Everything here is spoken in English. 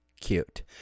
cute